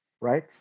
right